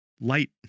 light